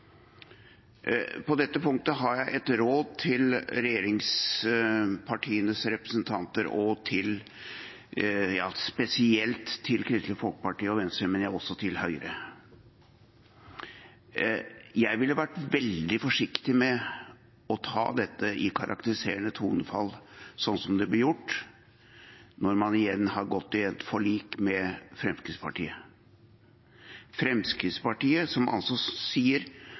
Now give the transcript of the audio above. På dette punktet har jeg et råd til regjeringspartienes representanter, spesielt til Kristelig Folkeparti og Venstre, men også til Høyre: Jeg ville vært veldig forsiktig med å ta dette i karakterisende tonefall, sånn det blir gjort, når man igjen har gått i et forlik med Fremskrittspartiet. Fremskrittspartiet sier altså